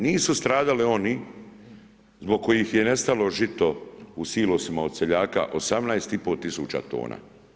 Nisu stradali oni zbog koji je nestalo žito u silosima od seljaka, 18,5 tisuća tona.